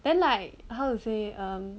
then like how to say um